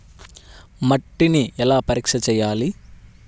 మట్టిని ఎలా పరీక్ష చేయాలి?